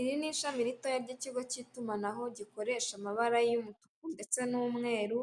Iri ni ishami ritoya ry'ikigo cy'itumanaho, gikoresha amabara y'umutuku ndetse n'umweru,